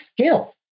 skill